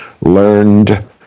learned